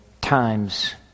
times